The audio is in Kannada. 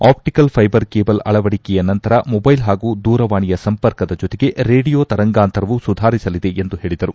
ಅಪ್ಪಿಕಲ್ ಫೈಬರ್ ಕೇಬಲ್ ಅಳವಡಿಕೆಯ ನಂತರ ಮೊಬೈಲ್ ಹಾಗೂ ದೂರವಾಣಿಯ ಸಂಪರ್ಕದ ಜೊತೆಗೆ ರೇಡಿಯೋ ತರಂಗಾಂತರವು ಸುಧಾರಿಸಲಿದೆ ಎಂದು ಹೇಳಿದರು